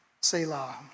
Selah